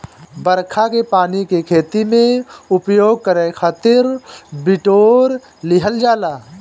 बरखा के पानी के खेती में उपयोग करे खातिर बिटोर लिहल जाला